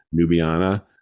nubiana